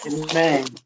Amen